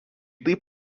taip